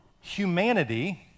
humanity